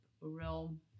realm